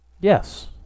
Yes